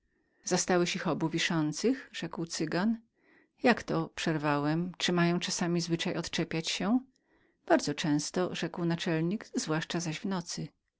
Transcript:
zastałeś ich obu wiszących rzekł cygan jakto przerwałem czy oni mają czasami zwyczaj odczepiania się bardzo często rzekł naczelnik zwłaszcza zaś w nocy